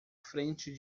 frente